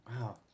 Wow